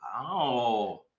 Wow